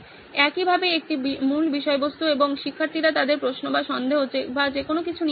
একইভাবে একটি মূল বিষয়বস্তু এবং শিক্ষার্থীরা তাদের প্রশ্ন বা সন্দেহ বা যেকোনো কিছু নিয়ে আসে